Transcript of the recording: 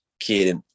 kid